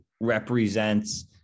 represents